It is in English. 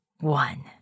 one